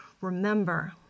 remember